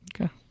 Okay